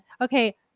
okay